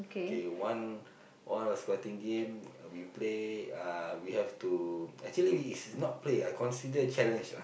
K one one of squatting game we play uh we have to actually we is not play ah consider challenge lah